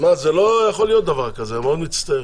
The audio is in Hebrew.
זה לא יכול להיות דבר כזה, אני מאוד מצטער.